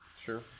Sure